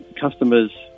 Customers